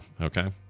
Okay